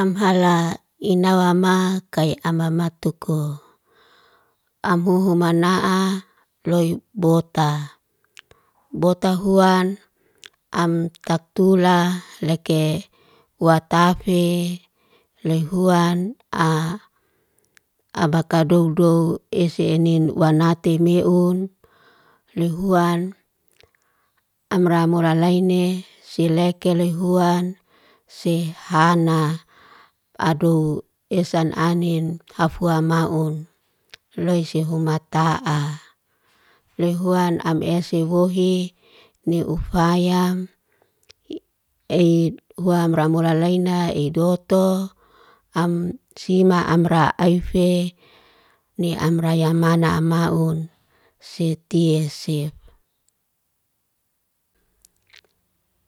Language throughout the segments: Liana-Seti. Am hala inawama kai amamatu'ko. Am huhumana'a loy bota. Bota huan am taktula leke watafe, loy huan a abaka doudou esenin wanatimeun, loy huan am ramuralayne sileke loy huan si hana. Adu esan anin hafua maun, loy si humata'a. Loy huan am esi wuhi ni ufayam. huam ramuralayna edo'to. Am sima amra'aife ni amra'a yamana'a maun. Seti esif.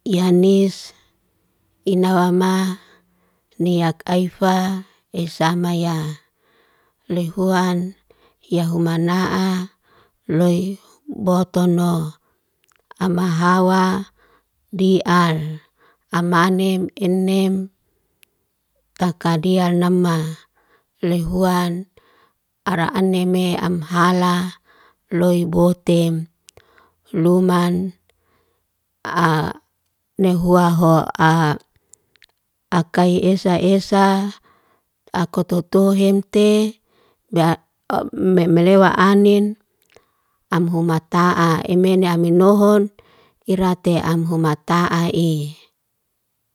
Yanis inawama niyak'aifa esamaya. Loy huan yahumana'a loy boto no. Amahawa di'al. Am anem enem takadial nama. Loy huan araeneme am hala loy botem. Luman a nehuahoa'a akai esa esa akutotohente be a me melewa anin amhumata'a emene aminohun irate am humata'ai.